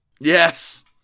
Yes